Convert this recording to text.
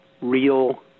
real